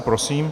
Prosím.